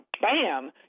bam